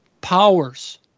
powers